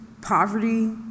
poverty